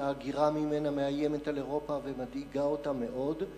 שההגירה ממנה מאיימת על אירופה ומדאיגה אותה מאוד.